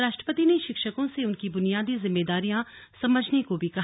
राष्ट्रपति ने शिक्षकों से उनकी बुनियादी जिम्मेदारियां समझने को भी कहा